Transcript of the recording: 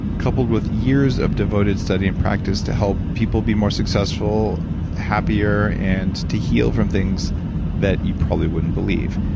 coupled with years of devoted study and practice to help people be more successful, happier and to heal from things that you probably wouldn't believe.